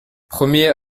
premier